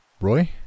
Roy